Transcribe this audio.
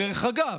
דרך אגב,